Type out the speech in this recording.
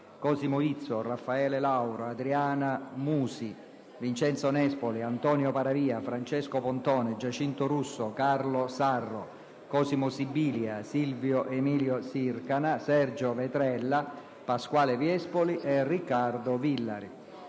Cosimo Izzo, Raffaele Lauro, Adriano Musi, Vincenzo Nespoli, Antonio Paravia, Francesco Pontone, Giacinto Russo, Carlo Sarro, Cosimo Sibilia, Silvio Emilio Sircana, Sergio Vetrella, Pasquale Viespoli e Riccardo Villari.